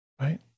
right